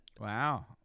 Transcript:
Wow